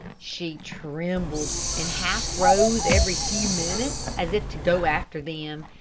she trembled, and half rose every few minutes, as if to go after them.